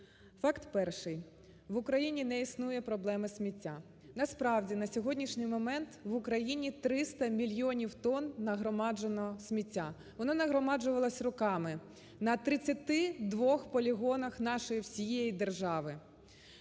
Факт перший. В Україні не існує проблеми сміття. Насправді, на сьогоднішній момент в Україні 300 мільйонів тонн нагромадженого сміття. Воно нагромаджувалось роками на 32 полігонах нашої всієї держави.